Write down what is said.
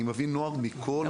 אני מביא נוער מכל רחבי הארץ.